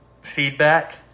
Feedback